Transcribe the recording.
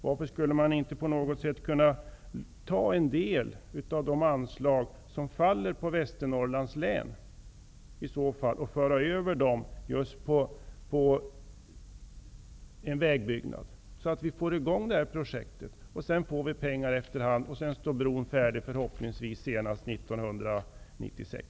Varför skulle man inte kunna ta en del av de anslag som är avsedda för Västernorrlands län och föra över pengarna på en vägbyggnad så att vi får i gång projektet? Sedan kan vi få pengar efter hand så att bron förhoppningsvis står färdig senast 1996.